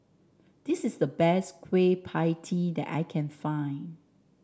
this is the best Kueh Pie Tee that I can find